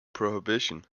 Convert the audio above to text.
prohibition